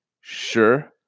sure